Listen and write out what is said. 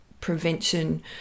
prevention